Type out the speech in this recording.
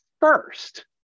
first